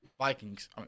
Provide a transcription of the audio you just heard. Vikings